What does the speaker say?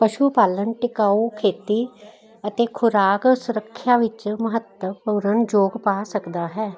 ਪਸ਼ੂ ਪਾਲਣ ਟਿਕਾਊ ਖੇਤੀ ਅਤੇ ਖੁਰਾਕ ਸੁਰੱਖਿਆ ਵਿੱਚ ਮਹੱਤਵਪੂਰਨ ਯੋਗ ਪਾ ਸਕਦਾ ਹੈ